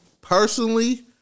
personally